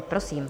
Prosím.